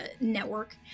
network